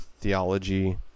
theology